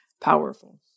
powerful